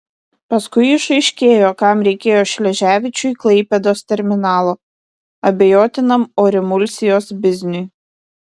paskui išaiškėjo kam reikėjo šleževičiui klaipėdos terminalo abejotinam orimulsijos bizniui